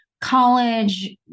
college